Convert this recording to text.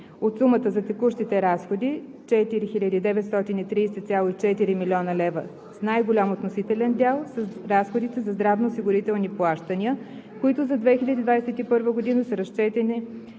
От сумата за текущите разходи 4 930,4 млн. лв. с най-голям относителен дял са разходите за здравноосигурителни плащания, които за 2021 г. са разчетени